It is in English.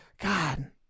God